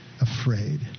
afraid